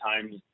times